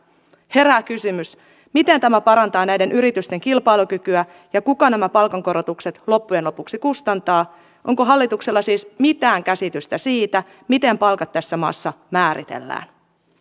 herää kysymys miten tämä parantaa näiden yritysten kilpailukykyä ja kuka nämä palkankorotukset loppujen lopuksi kustantaa onko hallituksella siis mitään käsitystä siitä miten palkat tässä maassa määritellään mitä pahaa